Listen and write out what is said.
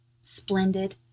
splendid